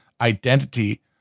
identity